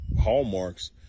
hallmarks